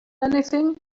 anything